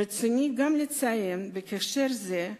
ברצוני לציין בהקשר זה,